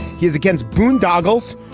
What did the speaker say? he is against boondoggles,